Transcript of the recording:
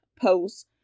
post